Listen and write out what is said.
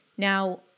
Now